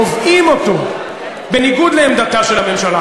קובעים אותו בניגוד לעמדתה של הממשלה.